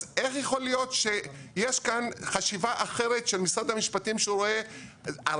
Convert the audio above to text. אז איך יכול להיות שיש כאן חשיבה אחרת של משרד המשפטים שהוא רואה 400?